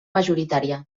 majoritària